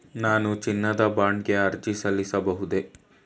ನಾನು ಚಿನ್ನದ ಬಾಂಡ್ ಗೆ ಅರ್ಜಿ ಸಲ್ಲಿಸಬಹುದೇ?